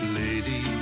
lady